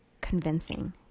convincing